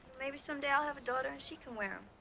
maybe someday i'll have a daughter, and she can wear them.